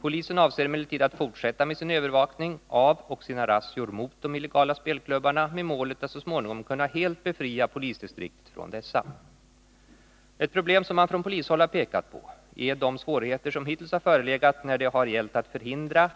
Polisen avser emellertid att fortsätta med sin övervakning av och sina razzior mot de illegala klubbarna med målet att så småningom kunna helt befria polisdistriktet från dessa. Ett problem som man från polishåll har pekat på är de svårigheter som hittills har förelegat när det har gällt att förhindra